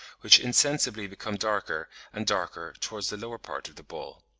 which insensibly become darker and darker towards the lower part of the ball.